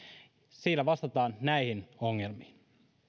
sillä vastataan näihin ongelmiin